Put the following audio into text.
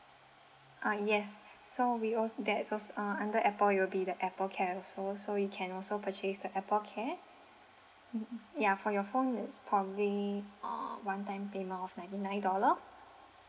uh yes so we al~ that's also uh under apple it'll be the apple care also so you can also purchase the apple care yeah for your phone it's probably uh out one time payment of ninety nine dollar